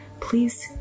Please